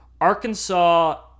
Arkansas